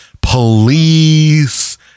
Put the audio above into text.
police